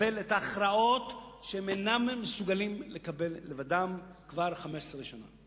לקבל את ההכרעות שהם אינם מסוגלים לקבל לבדם כבר 15 שנה.